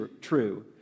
true